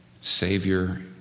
Savior